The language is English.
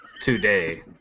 Today